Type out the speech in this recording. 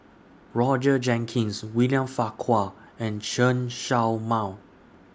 Roger Jenkins William Farquhar and Chen Show Mao